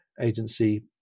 agency